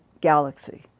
galaxy